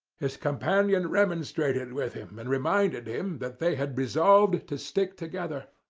his companion remonstrated with him, and reminded him that they had resolved to stick together.